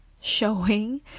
showing